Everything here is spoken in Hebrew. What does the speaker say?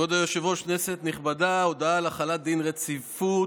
החלת דין רציפות.